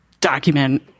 document